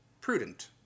prudent